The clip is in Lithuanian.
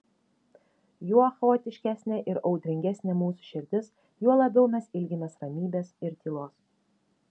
juo chaotiškesnė ir audringesnė mūsų širdis juo labiau mes ilgimės ramybės ir tylos